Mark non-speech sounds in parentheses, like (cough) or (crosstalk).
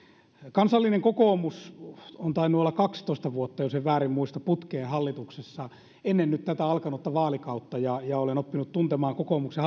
kansallinen kokoomus on tainnut olla kaksitoista vuotta jos en väärin muista putkeen hallituksessa ennen tätä nyt alkanutta vaalikautta ja ja olen oppinut tuntemaan kokoomuksen (unintelligible)